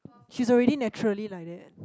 she's already naturally like that